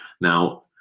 Now